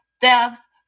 thefts